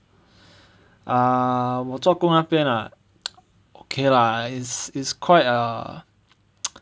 ah 我做工那边 ah okay lah is is quite a